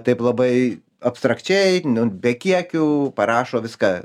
taip labai abstrakčiai be kiekių parašo viską